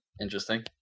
interesting